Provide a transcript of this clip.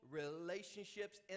relationships